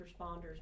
responders